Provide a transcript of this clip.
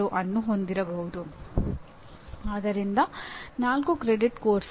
ಈ ಸನ್ನಿವೇಶದಲ್ಲಿ ಶಿಕ್ಷಣವನ್ನು ಉದ್ದೇಶಾಧಾರಿತ ಕಲಿಕೆ ನಡೆಯುತ್ತದೆ